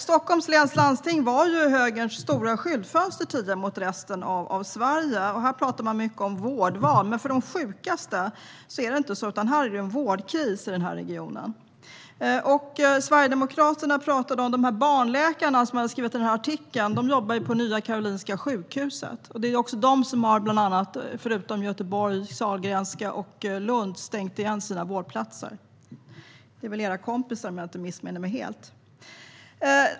Stockholms läns landsting var tidigare högerns stora skyltfönster mot resten av Sverige. Här pratar man mycket om vårdval, men för de sjukaste är det en vårdkris i regionen. Sverigedemokraterna pratar om en artikel skriven av barnläkarna. De jobbar på Nya Karolinska Sjukhuset. Det är det sjukhuset, förutom Sahlgrenska i Göteborg och Lunds sjukhus, som har stängt igen sina vårdplatser. Det är väl era kompisar, om jag inte missminner mig helt.